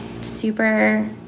super